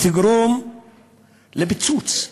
תגרום לפיצוץ.